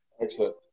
Excellent